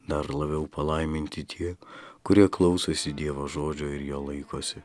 dar labiau palaiminti tie kurie klausosi dievo žodžio ir jo laikosi